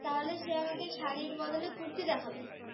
তাহলে সে আমাকে শাড়ির বদলে কুর্তি দেখাবে